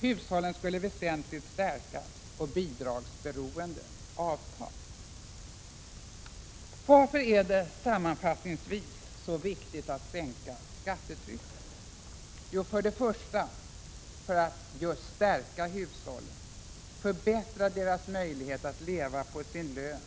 Hushållen skulle väsentligt stärkas och bidragsberoendet avta. Varför är det, sammanfattningsvis, så viktigt att sänka skattetrycket? Jag vill ange följande skäl: 1. För att stärka hushållen och förbättra deras möjlighet att leva på sin lön